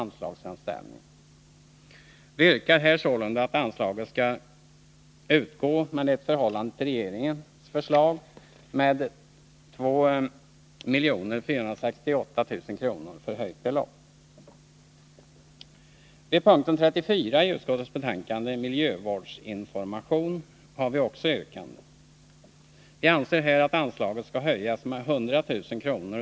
Här yrkar vi sålunda att anslag skall utgå med ett i förhållande till regeringens förslag med 2 468 000 kr. förhöjt belopp. Vid punkt 34 i utskottsbetänkandet, Miljövårdsinformation, har vi också ett yrkande. Vi anser att anslaget skall höjas med 100000 kr.